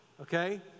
okay